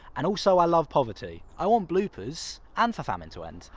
and also i love poverty! i want bloopers. and for famine to end!